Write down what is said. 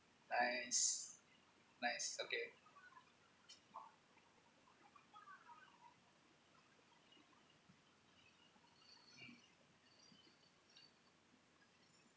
nice nice okay mm